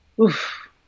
Oof